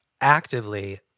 actively